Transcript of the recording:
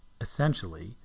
essentially